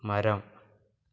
മരം